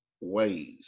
ways